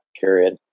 period